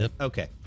okay